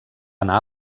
anar